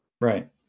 Right